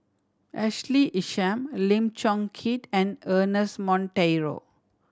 Ashley Isham Lim Chong Keat and Ernest Monteiro